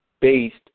based